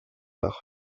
par